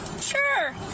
Sure